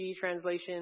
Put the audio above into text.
translation